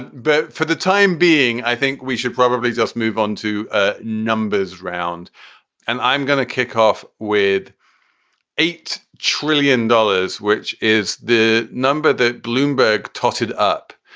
but for the time being, i think we should probably just move on to a numbers round and i'm gonna kick off with eight trillion dollars, which is the number that bloomberg totted up,